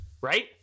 right